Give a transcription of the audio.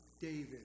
David